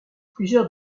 plusieurs